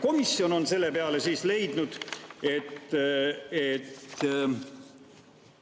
Komisjon on selle peale leidnud, et